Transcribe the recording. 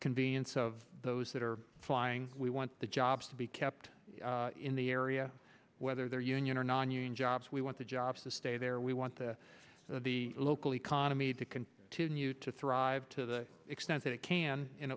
convenience of those that are flying we want the jobs to be kept in the area whether they're union or nonunion jobs we want the jobs to stay there we want the the local economy to can too new to thrive to the extent that it can in